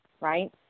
Right